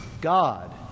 God